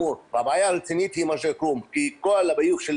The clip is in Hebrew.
הבעיה הרצינית היא מג'ד אל כרום כי כל הביוב של